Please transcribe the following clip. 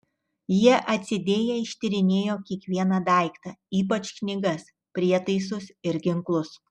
jie atsidėję ištyrinėjo kiekvieną daiktą ypač knygas prietaisus ir ginklus